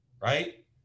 right